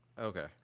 Okay